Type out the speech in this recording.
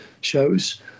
shows